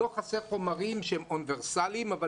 לא חסרים חומרים שהם אוניברסליים אבל